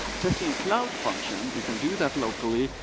testing cloud function, you can do that locally.